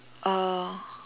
uh